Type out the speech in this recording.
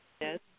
Yes